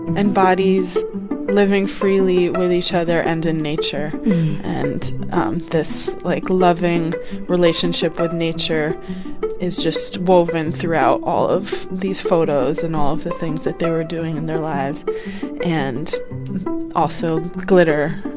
bodies living freely with each other and in nature and um this, like, loving relationship with nature is just woven throughout all of these photos and all of the things that they were doing in their lives and also glitter.